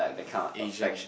Asian